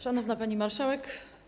Szanowna Pani Marszałek!